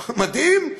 מדהים,